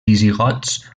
visigots